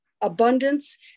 abundance